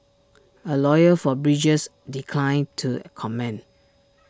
A lawyer for bridges declined to comment